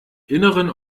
inneren